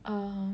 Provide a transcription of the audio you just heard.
um